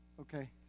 okay